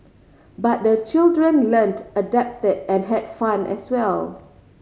but the children learnt adapted and had fun as well